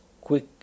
quick